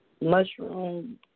mushroom